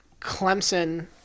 Clemson